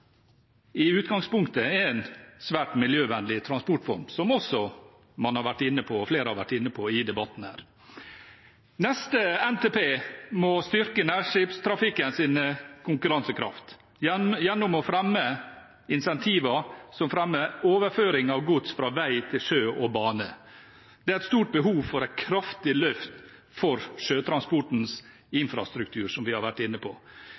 i utgangspunktet er en svært miljøvennlig transportform, som flere har vært inne på i debatten her. Neste NTP må styrke nærskipstrafikkens konkurransekraft gjennom å fremme incentiver for overføring av gods fra vei til sjø og bane. Det er et stort behov for et kraftig løft for sjøtransportens infrastruktur, som vi har vært inne på.